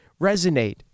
resonate